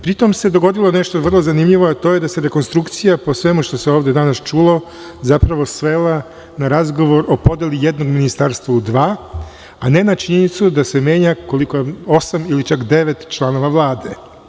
Pri tom se dogodilo nešto vrlo zanimljivo, a to je da se rekonstrukcija po svemu što se ovde danas čulo zapravo svela na razgovor o podeli jednog ministarstva u dva, a ne na činjenicu da se menja osam ili devet članova Vlade.